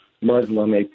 Muslim